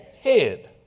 head